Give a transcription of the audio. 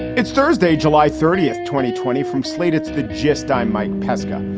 it's thursday, july thirtieth, twenty twenty from slate's the gist, i'm mike pesca.